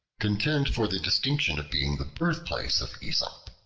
contend for the distinction of being the birthplace of aesop.